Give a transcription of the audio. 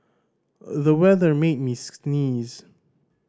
the weather made me sneeze